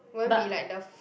won't be like the